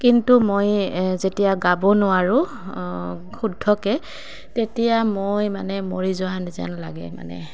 কিন্তু মই যেতিয়া গাব নোৱাৰোঁ শুদ্ধকৈ তেতিয়া মই মানে মৰি যোৱা যেন লাগে মানে